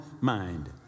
mind